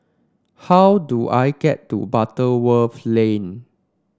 how do I get to Butterworth Lane